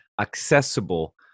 accessible